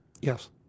Yes